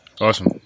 Awesome